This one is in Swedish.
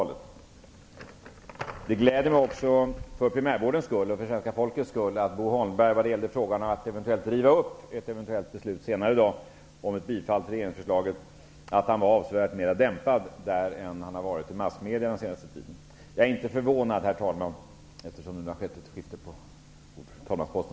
Det gläder mig också för primärvårdens och svenska folkets skull att Bo Holmberg nu är avsevärt mera dämpad än han framstått i massmedierna under den senaste tiden när det gäller detta med att eventuellt riva upp det beslut senare i dag som måhända innebär ett bifall till regeringsförslaget.